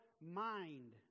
mind